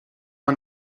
man